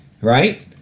right